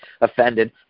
offended